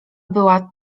była